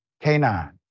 K9